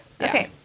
okay